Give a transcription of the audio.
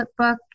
flipbook